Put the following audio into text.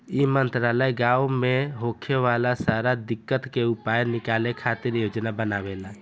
ई मंत्रालय गाँव मे होखे वाला सारा दिक्कत के उपाय निकाले खातिर योजना बनावेला